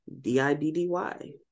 D-I-D-D-Y